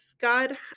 God